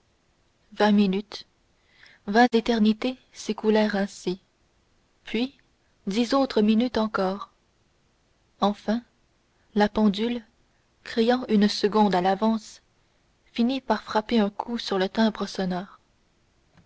vingt minutes vingt éternités s'écoulèrent ainsi puis dix autres minutes encore enfin la pendule criant une seconde à l'avance finit par frapper un coup sur le timbre sonore